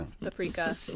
Paprika